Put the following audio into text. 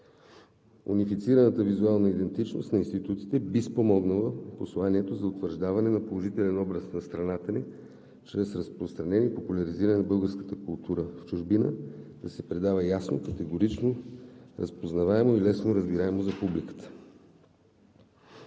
Унифицираната визуална идентичност на институтите би спомогнала в посланието за утвърждаване на положителен образ на страната ни чрез разпространение и популяризиране на българската култура в чужбина – да се предава ясно и категорично, разпознаваемо и лесно разбираемо за публиката.